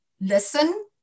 listen